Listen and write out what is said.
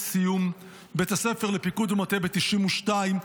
סיום בית הספר לפיקוד ומטה ב-1992,